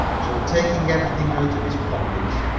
so, taking everything out of his pockets,